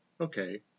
okay